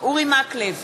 אורי מקלב,